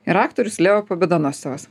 ir aktorius leo pobedonoscevas